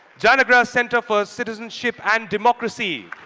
janaagraha center for citizenship and democracy.